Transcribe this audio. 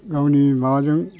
गावनि माबाजों